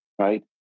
Right